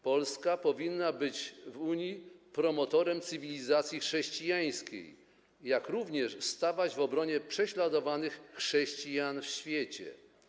Polska powinna być w Unii zarówno promotorem cywilizacji chrześcijańskiej, jak i powinna stawać w obronie prześladowanych chrześcijan w świecie.